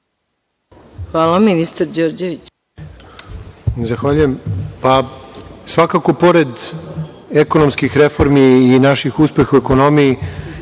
ima ministar Đorđević.